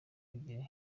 kugira